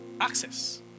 Access